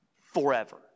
forever